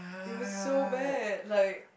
it was so bad like